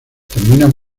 terminan